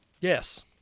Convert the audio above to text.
Yes